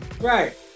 Right